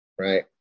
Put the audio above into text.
Right